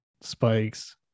spikes